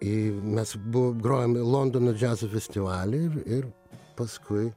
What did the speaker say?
į mes buvo grojom londono džiazo festivaly ir paskui